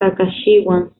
saskatchewan